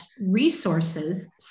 resources